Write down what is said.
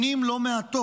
שנים לא מעטות,